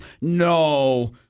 No –